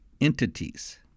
entities